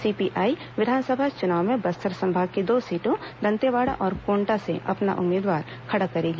CPI विधानसभा चुनाव में बस्तर संभाग की दो सीटों दंतेवाड़ा और कोंटा से अपना उम्मीदवार खड़ा करेगी